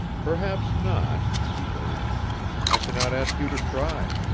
perhaps not, he urged i cannot ask you to try.